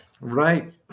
Right